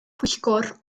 pwyllgor